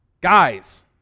guys